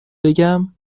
بگم